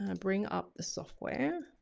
um bring up the software.